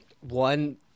One